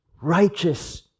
Righteous